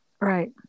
right